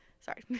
Sorry